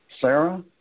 Sarah